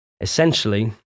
essentially